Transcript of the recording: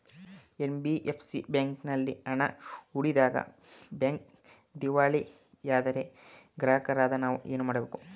NBFC ಬ್ಯಾಂಕಿನಲ್ಲಿ ಹಣ ಹೂಡಿದಾಗ ಬ್ಯಾಂಕ್ ದಿವಾಳಿಯಾದರೆ ಗ್ರಾಹಕರಾದ ನಾವು ಏನು ಮಾಡಬೇಕು?